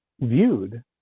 viewed